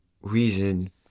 reason